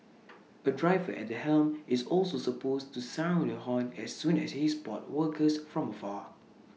A driver at the helm is also supposed to sound the horn as soon as he spot workers from afar